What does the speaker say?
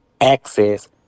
access